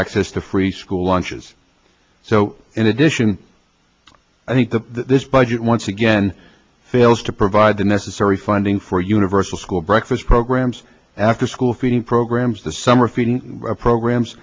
access to free school lunches so in addition i think that this budget once again fails to provide the necessary funding for universal school breakfast programs after school feeding programs the summer feeding programs